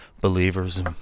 believers